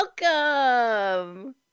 Welcome